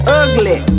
ugly